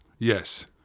Yes